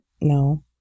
No